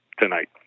tonight